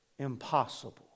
impossible